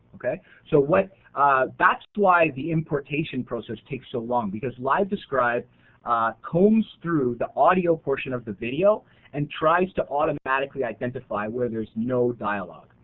so that's why the importation process takes so long because livedescribe comes through the audio portion of the video and tries to automatically identify where there's no dialogue.